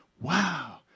Wow